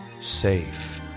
safe